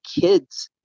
kids